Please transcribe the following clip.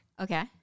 Okay